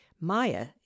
Maya